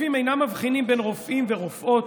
התוקפים אינם מבחינים בין רופאים ורופאות,